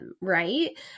right